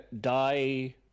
die